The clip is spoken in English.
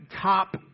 top